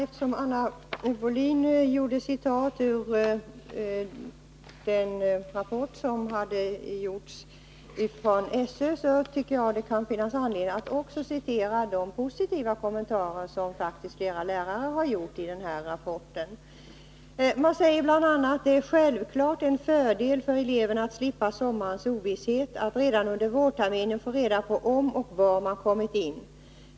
Fru talman! Eftersom Anna Wohlin-Andersson citerade ur SÖ-rapporten, tycker jag att det kan finnas anledning att även citera de positiva kommentarer, som faktiskt flera lärare gjort i den här rapporten. Man säger bl.a.: ”Det är självklart en fördel för eleverna att slippa sommarens ovisshet, att de redan under vårterminen får reda på om och var man kommit in.